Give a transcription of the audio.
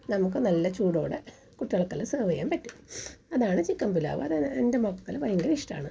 നമുക്ക് നല്ല ചൂടോടെ കുട്ടികൾക്ക് എല്ലാം സെർവ് ചെയ്യാൻ പറ്റും അതാണ് ചിക്കൻ പുലാവ് അത് എൻ്റെ മക്കൾക്ക് ഭയങ്കര ഇഷ്ടമാണ്